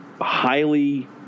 highly